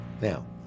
now